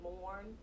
mourn